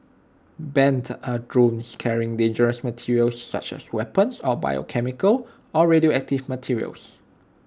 banned are drones carrying dangerous materials such as weapons or biochemical or radioactive materials